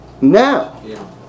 Now